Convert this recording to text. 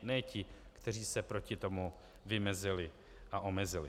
Ne ti, kteří se proti tomu vymezili a omezili.